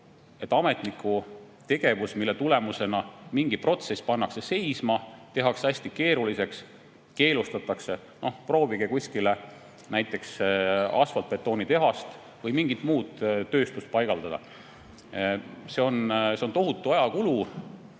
et ametniku tegevuse tulemusena mingi protsess pannakse seisma, tehakse hästi keeruliseks, keelustatakse. Noh, proovige kuskile näiteks asfaltbetoonitehast või mingit muud tööstust rajada. See on tohutu ajakulu